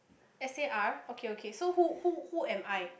S_A_R okay okay so who who who am I